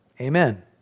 Amen